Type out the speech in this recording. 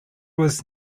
was